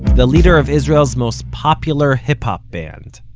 the leader of israel's most popular hip-hop band,